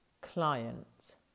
client